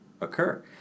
occur